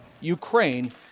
Ukraine